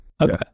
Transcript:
Okay